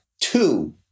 two